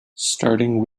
starting